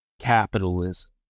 capitalism